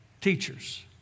teachers